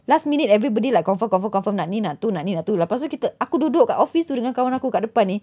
last minute everybody like confirm confirm confirm nak ni nak tu lepas tu kita aku duduk kat office tu dengan kawan aku kat depan ni